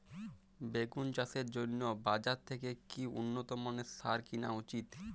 বেগুন চাষের জন্য বাজার থেকে কি উন্নত মানের সার কিনা উচিৎ?